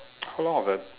how long of the